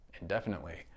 indefinitely